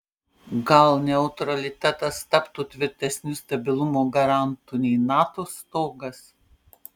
gal neutralitetas taptų tvirtesniu stabilumo garantu nei nato stogas